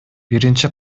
биринчи